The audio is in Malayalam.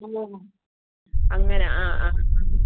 ആ അങ്ങനെ ആ ആ അതെ